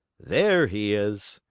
there he is,